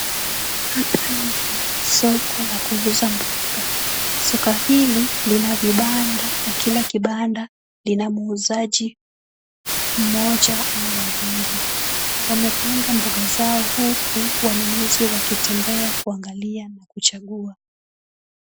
Hapa ni kwenye soko la kuuza mboga, soko hili lina vibanda na kila kibanda lina muuzaji mmoja au wawili. Wamepanga mboga zao huku wanunuzi wakitembea kuangalia na kuchagua.